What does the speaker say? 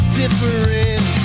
different